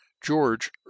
George